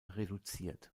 reduziert